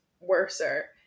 worser